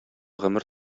гомер